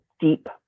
deep